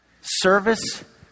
service